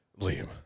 Liam